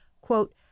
quote